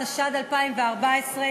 התשע"ד 2014,